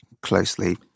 closely